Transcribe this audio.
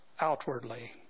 outwardly